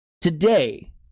Today